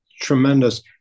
tremendous